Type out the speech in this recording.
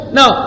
Now